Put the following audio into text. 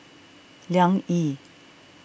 Liang Yi